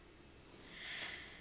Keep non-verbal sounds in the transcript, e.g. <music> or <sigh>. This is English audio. <breath>